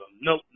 no